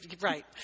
Right